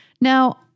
Now